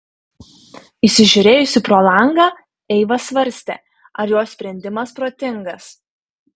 įsižiūrėjusi pro langą eiva svarstė ar jos sprendimas protingas